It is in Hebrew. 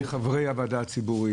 מי חברי הוועדה הציבורית?